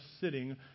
sitting